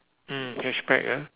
mm hatchback ah